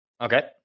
Okay